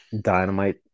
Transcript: dynamite